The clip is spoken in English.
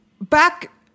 Back